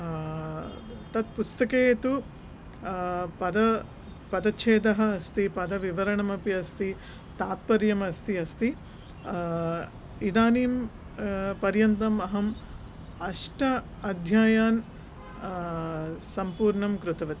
तत् पुस्तके तु पद पदच्छेदः अस्ति पदविवरणमपि अस्ति तात्पर्यम् अस्ति अस्ति इदानीं पर्यन्तम् अहं अष्ट अध्यायान् संपूर्णं कृतवति